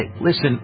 Listen